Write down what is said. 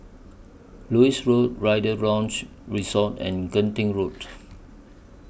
Lewis Road Rider's Lodge Resort and Genting Road